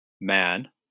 man